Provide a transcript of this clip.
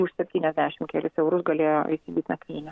už septyniasdešim kelis eurus galėjo įsigyt nakvynę